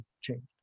changed